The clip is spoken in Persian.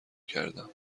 کردم